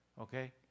Okay